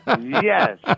yes